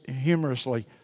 humorously